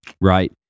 right